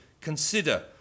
consider